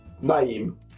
name